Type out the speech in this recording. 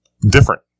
different